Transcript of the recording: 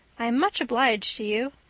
i'm much obliged to you.